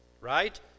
right